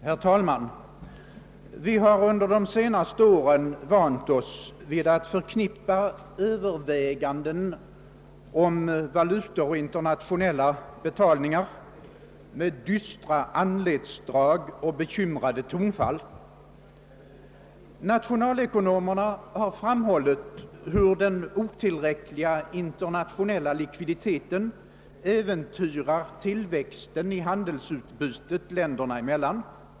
Herr talman! Vi har under de senaste åren vant oss vid att förknippa överväganden om valutor och internationella betalningar med dystra anletsdrag och bekymrade tonfall. Nationalekonomerna har framhållit hur den otillräckliga internationella likviditeten äventyrar tillväxten i handelsutbytet länderna emellan.